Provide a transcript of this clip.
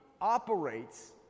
operates